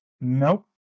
Nope